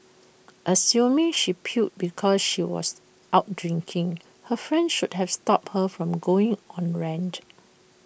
assuming she puked because she was out drinking her friend should have stopped her from going on her rant